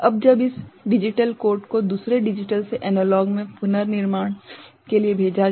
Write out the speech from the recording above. अब जब इस विशेष डिजिटल कोड को दूसरे डिजिटल से एनालॉग से पुनर्निर्माण के लिए भेजा जाता है